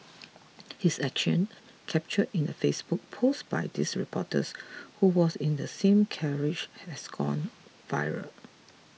his action captured in a Facebook post by this reporters who was in the same carriage has gone viral